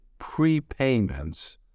prepayments